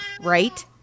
Right